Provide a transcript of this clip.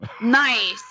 Nice